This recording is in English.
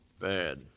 Bad